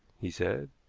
he said.